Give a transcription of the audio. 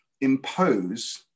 impose